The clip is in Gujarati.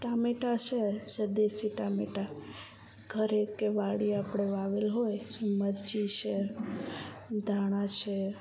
ટામેટાં છે જે દેશી ટામેટાં ઘરે કે વાડીએ આપણે વાવેલાં હોય મરચી છે ધાણાં છે